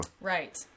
Right